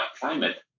climate